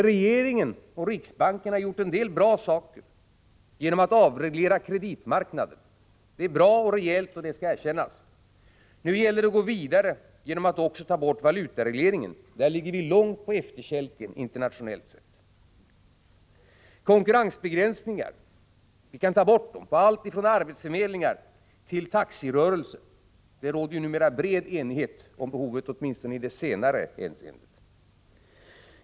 Regeringen och riksbanken har gjort en del bra saker genom att t.ex. avreglera kreditmarknaden. Det är bra och rejält, och det skall de ha ett erkännande för. Nu gäller det att gå vidare genom att också ta bort valutaregleringen. På det området är vi långt på efterkälken internationellt sett. Konkurrensbegränsningar kan avskaffas på alltifrån arbetsförmedlingar till taxirörelser. Åtminstone i det senare hänseendet råder det numera bred enighet om behovet av ökad konkurrens.